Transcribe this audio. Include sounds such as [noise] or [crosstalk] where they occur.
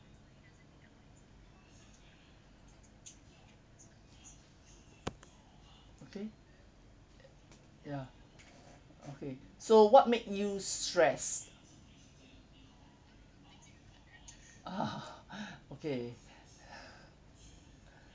okay ya okay so what make you stressed ah [laughs] okay [breath]